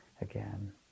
again